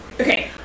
okay